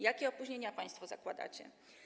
Jakie opóźnienia państwo zakładacie?